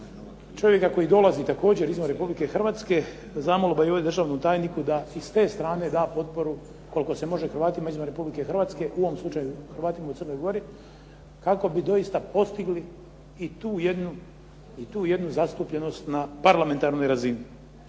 čovjeka koji dolazi također izvan Republike Hrvatske zamolba i državnom tajniku da i s te strane da potporu koliko se može Hrvatima izvan Republike Hrvatske, u ovom slučaju Hrvatima u Crnoj Gori kako bi doista postigli i tu jednu zastupljenost na parlamentarnoj razini.